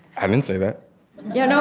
i didn't say that yeah, no,